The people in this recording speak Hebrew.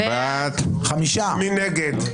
מי נגד?